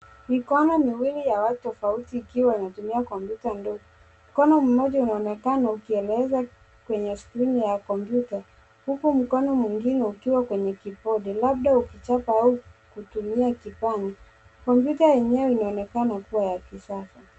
Mikono miwili ya watu tofauti ikiwa inatumia kompyuta ndogo. Mkono mmoja ianonekana ukieleza kwenye skrini ya kompyuta huku mkono mwingine ukiwa kwenye kibodi, labda ukichapa au kutumia kipanya. Kompyuta yenyewe inaonekana kuwa ya kisasa.